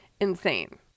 insane